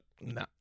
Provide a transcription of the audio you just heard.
nah